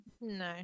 No